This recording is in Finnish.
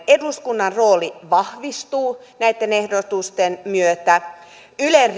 eduskunnan rooli vahvistuu näitten ehdotusten myötä ylen